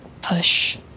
push